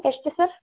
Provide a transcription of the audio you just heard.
ಎಷ್ಟು ಸರ್